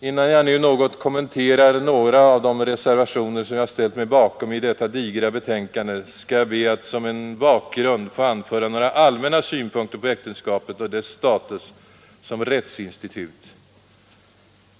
Innan jag nu något kommenterar nå ställt mig bakom i detta digra betänkande skall jag be att som en bakgrund få anföra några allmänna synpunkter på äktenskapet och dess status som rättsinstitut.